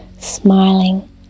smiling